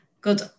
Good